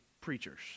preachers